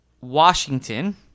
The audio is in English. Washington